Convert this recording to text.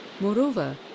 Moreover